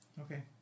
Okay